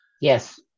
Yes